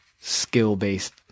skill-based